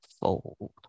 fold